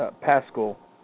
Pascal